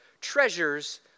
treasures